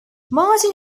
martin